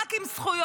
רק עם זכויות.